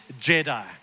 Jedi